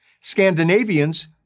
Scandinavians